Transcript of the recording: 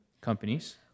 companies